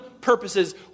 purposes